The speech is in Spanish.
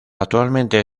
actualmente